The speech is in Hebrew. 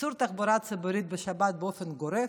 איסור תחבורה ציבורית בשבת באופן גורף,